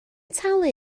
talu